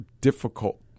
difficult